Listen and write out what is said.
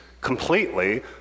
completely